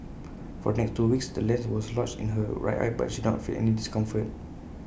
for the next two weeks the lens was lodged in her right eye but she did not feel any discomfort